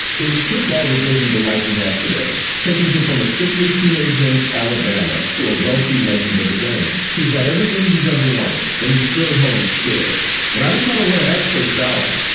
it was football that gave him the life he has today. taking him from a sickly teenager in alabama to a wealthy legend of the game. he's got everything he's ever wanted and he's still home scared. and i just kind of want to ask coach bowden,